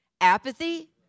apathy